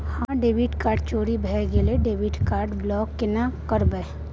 हमर debit card चोरी भगेलै डेबिट कार्ड ब्लॉक केना करब?